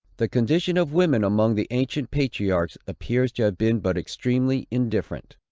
the condition of women among the ancient patriarchs, appears to have been but extremely indifferent.